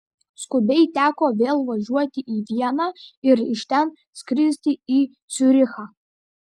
skubiai teko vėl važiuoti į vieną ir iš ten skristi į ciurichą